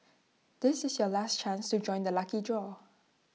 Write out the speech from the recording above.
this is your last chance to join the lucky draw